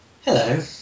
Hello